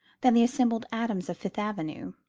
than the assembled atoms of fifth avenue.